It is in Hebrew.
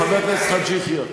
חבר הכנסת חאג' יחיא,